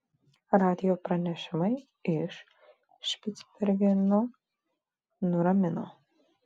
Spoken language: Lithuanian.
radijo pranešimai iš špicbergeno nuramino